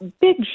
big